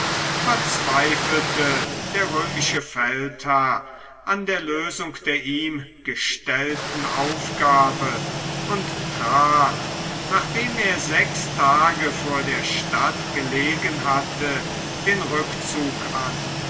verzweifelte der römische feldherr an der lösung der ihm gestellten aufgabe und trat nachdem er sechs tage vor der stadt gelegen hatte den rückzug an